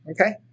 Okay